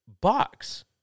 box